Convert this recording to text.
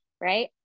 Right